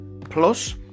plus